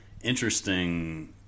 interesting